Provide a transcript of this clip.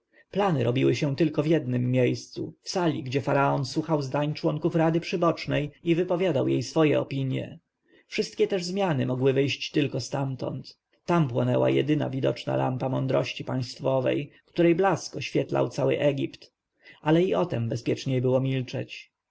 plany robiły się tylko w jednem miejscu w sali gdzie faraon słuchał zdań członków rady przybocznej i wypowiadał jej swoje opinje wszystkie też zmiany mogły wyjść tylko stamtąd tam płonęła jedyna widoczna lampa mądrości państwowej której blask oświetlał cały egipt ale i o tem bezpieczniej było milczeć